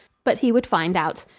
but he would find out.